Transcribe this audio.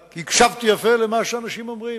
רק הקשבתי יפה למה שאנשים אומרים.